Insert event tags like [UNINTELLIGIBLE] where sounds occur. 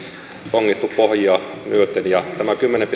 tongittu pohjia myöten ja tämä kymmenen [UNINTELLIGIBLE]